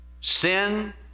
Sin